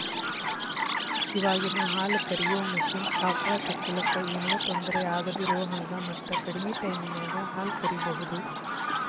ಇವಾಗಿನ ಹಾಲ ಕರಿಯೋ ಮಷೇನ್ ಆಕಳ ಕೆಚ್ಚಲಕ್ಕ ಏನೋ ತೊಂದರೆ ಆಗದಿರೋಹಂಗ ಮತ್ತ ಕಡಿಮೆ ಟೈಮಿನ್ಯಾಗ ಹಾಲ್ ಕರಿಬಹುದು